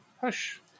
hush